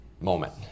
moment